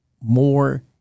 more